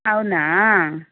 అవును